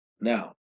now